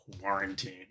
Quarantine